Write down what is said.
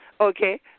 okay